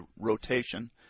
rotation